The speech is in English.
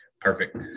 Perfect